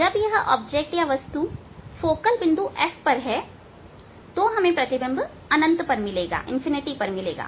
जब यह वस्तु फोकल बिंदु f पर है तो आपको प्रतिबिंब अनंत पर मिलेगा